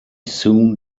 soon